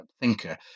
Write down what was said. thinker